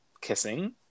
kissing